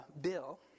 bill